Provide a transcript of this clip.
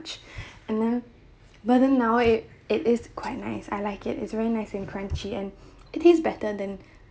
and then but then now it it is quite nice I like it it's very nice and crunchy and it taste better than